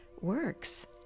works